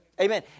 Amen